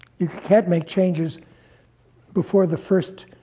you can't make changes before the first